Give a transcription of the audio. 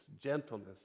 gentleness